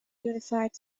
unified